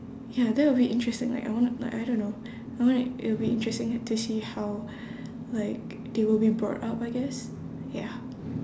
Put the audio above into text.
ya that will be interesting like I wanna like I don't know I wanna it will be interesting to see how like they will be brought up I guess ya